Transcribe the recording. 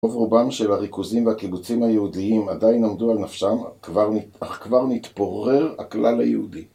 רוב רובם של הריכוזים והקיבוצים היהודיים עדיין עמדו על נפשם, כבר נת... כבר נתפורר הכלל היהודי.